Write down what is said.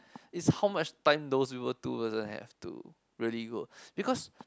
it's how much time those people too also have to really go because